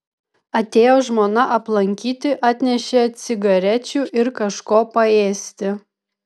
atėjo žmona aplankyti atnešė cigarečių ir kažko paėsti